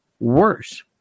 Worse